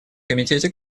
комитете